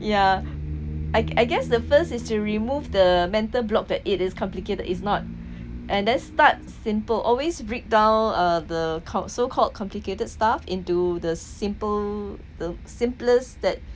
yeah I I guess the first is to remove the mental block that it is complicated it's not and then start simple always breakdown uh the called so called complicated stuff into the simple the simplest that